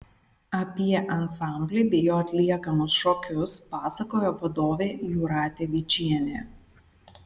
apie ansamblį bei jo atliekamus šokius pasakojo vadovė jūratė vyčienė